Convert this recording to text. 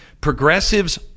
progressives